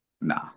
Nah